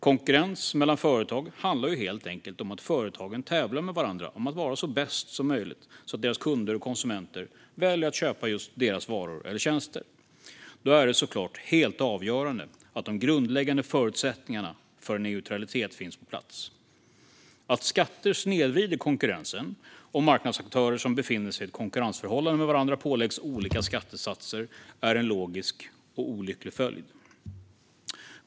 Konkurrens mellan företag handlar helt enkelt om att företagen tävlar med varandra om att vara så bra som möjligt, så att deras kunder och konsumenter väljer att köpa just deras varor eller tjänster. Då är det såklart helt avgörande att de grundläggande förutsättningarna för neutralitet finns på plats. Att skatter snedvrider konkurrensen om marknadsaktörer som befinner sig i ett konkurrensförhållande med varandra påläggs olika skattesatser är en logisk och olycklig följd.